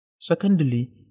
Secondly